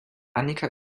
annika